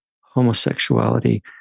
homosexuality